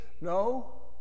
No